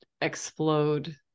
explode